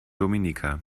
dominica